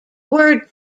word